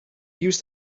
use